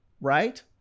right